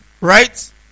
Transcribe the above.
Right